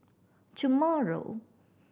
tomorrow